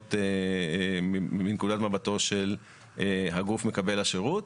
יתרונות מנקודת מבטו של הגוף מקבל השירות,